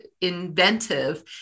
inventive